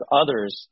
others